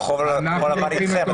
כחול לבן איתכם.